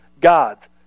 gods